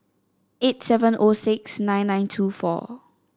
eight seven O six nine nine two four